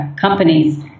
companies